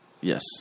Yes